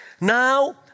now